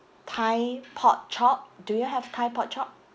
thai pork chop do you have thai pork chop